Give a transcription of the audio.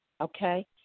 okay